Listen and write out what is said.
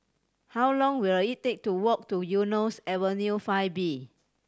how long will it take to walk to Eunos Avenue Five B